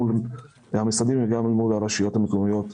מול המשרדים וגם אל מול הרשויות המקומיות.